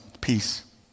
peace